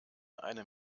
eine